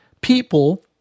people